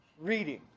Reading